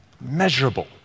measurable